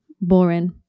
boring